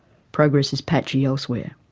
progress is patchy elsewhere.